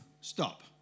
stop